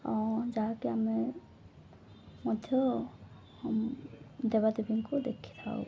ଯାହାକି ଆମେ ମଧ୍ୟ ଦେବାଦେବୀଙ୍କୁ ଦେଖିଥାଉ